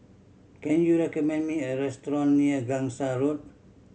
can you recommend me a restaurant near Gangsa Road